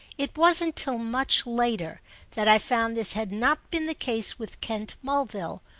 it wasn't till much later that i found this had not been the case with kent mulville,